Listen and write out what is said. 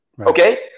Okay